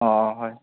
অ হয়